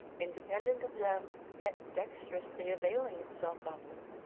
independent of them yet dexterously availing itself of them,